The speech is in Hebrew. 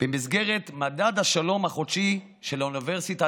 במסגרת מדד השלום החודשי של אוניברסיטת